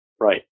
right